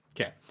Okay